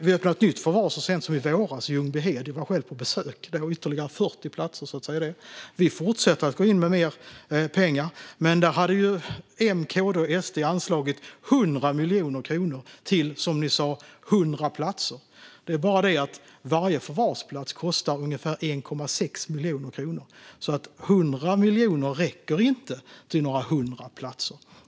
Vi öppnade ett nytt förvar så sent som i våras i Ljungbyhed - jag var själv där på besök - och det blev ytterligare 40 platser. Vi fortsätter att gå in med mer pengar, men där hade M, KD och SD anslagit 100 miljoner kronor till, som ni sa, 100 platser. Det är bara det att varje förvarsplats kostar ungefär 1,6 miljoner kronor, så 100 miljoner räcker inte till några 100 platser.